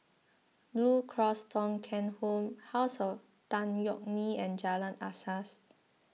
Blue Cross Thong Kheng Home House of Tan Yeok Nee and Jalan Asas